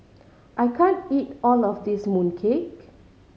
I can't eat all of this mooncake